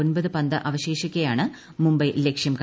ഒൻപത് പന്ത് അവശേഷിക്കെയാണ് മുംബൈ ലക്ഷ്യം കണ്ടത്